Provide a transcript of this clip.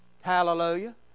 Hallelujah